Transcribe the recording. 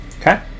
Okay